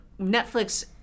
Netflix –